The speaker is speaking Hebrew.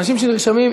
אנשים שנרשמים,